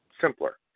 simpler